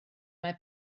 mae